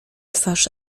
twarz